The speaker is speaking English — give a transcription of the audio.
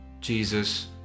Jesus